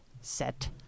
set